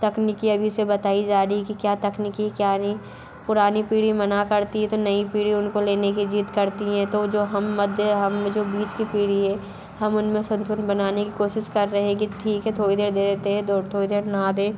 तकनीकी अभी से बताई जा रही है कि क्या तकनीकी क्या नहीं पुरानी पीढ़ी मना करती है तो नई पीढ़ी उनको लेने की जिद करती हें तो जो हम मध्य हम जो बीच की पीढ़ी हे हम उनमें संतुलन बनाने की कोशिश कर रहे हैं कि ठीक है थोड़ी देर दे देते हैं तो थोड़ी देर ना दें